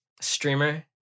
Streamer